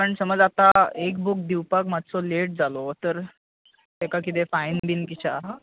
पण समज आता एक बूक दिवपाक मात्सो लॅट जालो तर तेका कितें फायन बीन तशें आहा